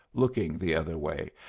looking the other way,